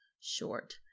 short